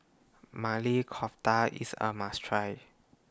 Maili Kofta IS A must Try